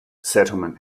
settlement